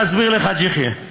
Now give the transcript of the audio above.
להסביר לחאג' יחיא.